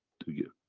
to give.